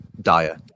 dire